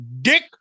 Dick